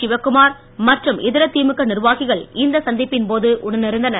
சிவக்குமார் மற்றும் இதர திமுக நிர்வாகிகள் இந்த சந்திப்பின்போது உடனிருந்தனர்